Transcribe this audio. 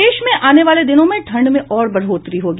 प्रदेश में आने वाले दिनों में ठंड में और बढ़ोतरी होगी